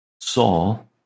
Saul